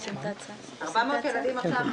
בין היתר העברות